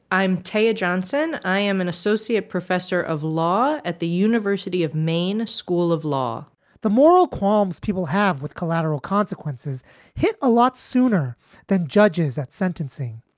i'm taya johnson. i am an associate professor of law at the university of maine school of law the moral qualms people have with collateral consequences hit a lot sooner than judges at sentencing.